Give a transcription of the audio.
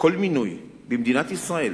כל מינוי במדינת ישראל,